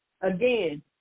Again